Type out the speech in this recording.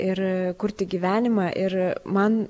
ir kurti gyvenimą ir man